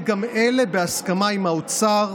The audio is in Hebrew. וגם אלה בהסכמה עם האוצר.